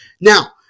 Now